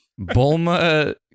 Bulma